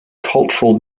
cultural